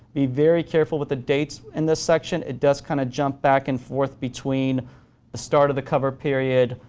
be very careful with the dates in this section it does kind of jump back and forth between the start of the cover period,